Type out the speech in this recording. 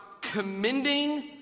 commending